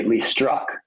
Struck